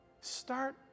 Start